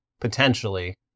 potentially